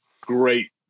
great